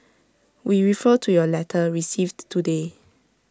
we refer to your letter received today